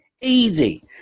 easy